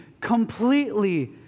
completely